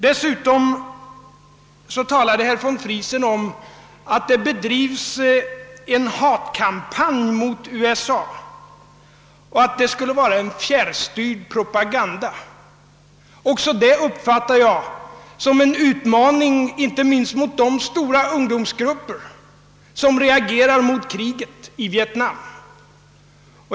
Dessutom talade herr von Friesen om att det bedrives en hatkampanj mot USA och att den ingår i en fjärrstyrd propaganda. Också det uppfattar jag som en utmaning, inte minst mot de stora ungdomsgrupper som reagerar mot kriget i Vietnam.